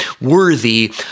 worthy